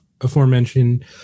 aforementioned